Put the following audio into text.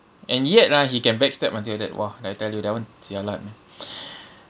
and yet ah he can backstab until that !wah! I tell you that [one] jialat man